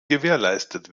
gewährleistet